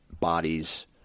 bodies